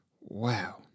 Wow